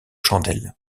chandelles